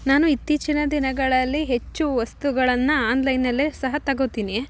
ನಾನು ಇತ್ತೀಚಿನ ದಿನಗಳಲ್ಲಿ ಹೆಚ್ಚು ವಸ್ತುಗಳನ್ನ ಆನ್ಲೈನಲ್ಲೆ ಸಹ ತಗೊತೀನಿ